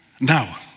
Now